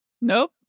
Nope